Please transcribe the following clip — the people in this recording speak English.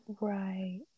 Right